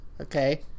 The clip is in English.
okay